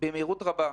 במהירות רבה.